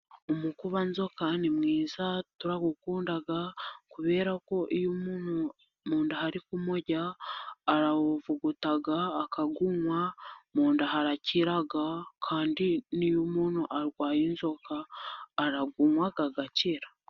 Umukubanzoka ni mwiza, turawukunda kubera ko iyo umuntu mu nda hari kumurya arawuvuguta akawunywa munda harakira kandi niyo umuntu arwaye inzoka, arawunywa agakira.